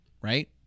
right